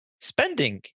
spending